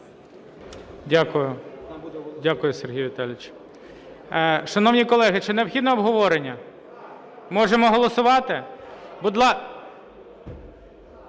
Дякую, Сергію Віталійовичу. Шановні колеги, чи необхідне обговорення? Можемо голосувати?